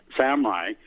Samurai